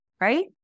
right